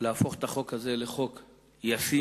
להפוך את החוק הזה לחוק ישים,